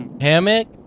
Hammock